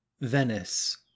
venice